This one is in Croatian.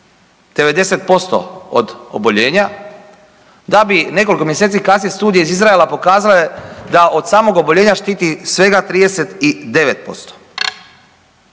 90% od oboljenja da bi nekoliko mjeseci kasnije studije iz Izraela pokazale da od samog oboljenja štiti svega 39%.